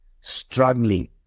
Struggling